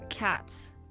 Cats